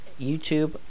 YouTube